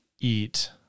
eat